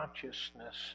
consciousness